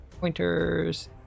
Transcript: pointers